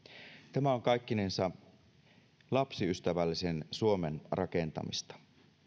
tämä on kaikkinensa lapsiystävällisen suomen rakentamista